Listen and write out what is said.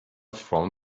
from